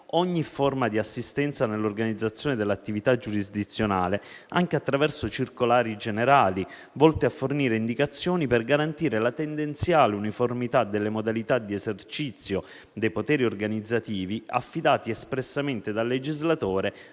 ogni forma di assistenza nell'organizzazione dell'attività giurisdizionale, anche attraverso circolari generali, volte a fornire indicazioni per garantire la tendenziale uniformità delle modalità di esercizio dei poteri organizzativi affidati espressamente dal legislatore